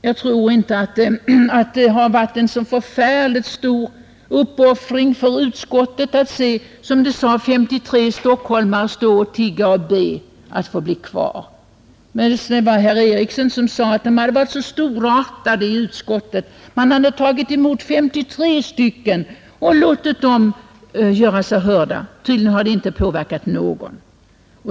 Jag tror inte att det har varit en så förfärligt stor uppoffring för utskottet att, som det sades, se 53 stockholmare stå och tigga och be att få bli kvar. Jag tror att det var herr Eriksson i Arvika som sade att man i utskottet varit så storartad: man hade tagit emot 53 personer och låtit dem göra sig hörda. Tydligen har det inte påverkat någon.